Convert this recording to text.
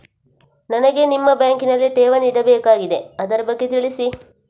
ನನಗೆ ನಿಮ್ಮ ಬ್ಯಾಂಕಿನಲ್ಲಿ ಠೇವಣಿ ಇಡಬೇಕಾಗಿದೆ, ಅದರ ಬಗ್ಗೆ ತಿಳಿಸಿ